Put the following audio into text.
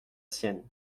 sienne